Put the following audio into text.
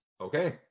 Okay